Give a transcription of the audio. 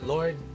Lord